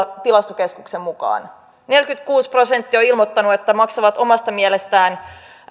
tilastokeskuksen mukaan neljäkymmentäkuusi prosenttia on ilmoittanut että maksaa omasta mielestään